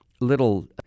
little